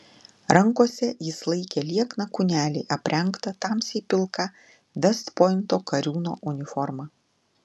rankose jis laikė liekną kūnelį aprengtą tamsiai pilka vest pointo kariūno uniforma